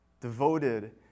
devoted